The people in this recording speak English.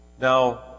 Now